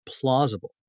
plausible